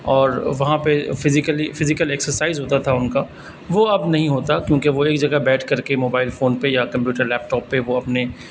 اور وہاں پہ فزیکلی فزیکل ایکسرسائز ہوتا تھا ان کا وہ اب نہیں ہوتا کیونکہ وہ ایک جگہ بیٹھ کر کے موبائل فون پہ یا کمپیوٹر لیپٹاپ پہ وہ اپنے